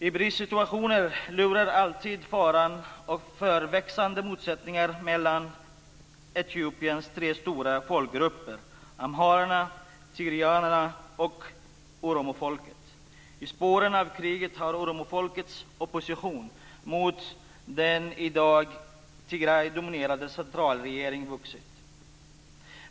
I bristsituationer lurar alltid faran för växande motsättningar mellan Etiopiens tre stora folkgrupper - amharerna, tigrianerna och oromofolket. I spåren av kriget har oromofolkets opposition mot den i dag tigredominerade centralregeringen vuxit.